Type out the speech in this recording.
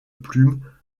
plumes